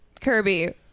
Kirby